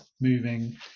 moving